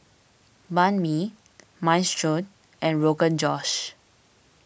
Banh Mi Minestrone and Rogan Josh